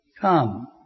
Come